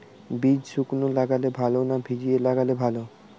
বীজ শুকনো লাগালে ভালো না ভিজিয়ে লাগালে ভালো?